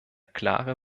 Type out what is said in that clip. klare